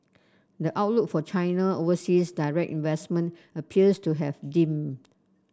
the outlook for China overseas direct investment appears to have dimmed